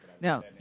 No